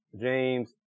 James